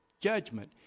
judgment